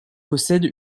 possède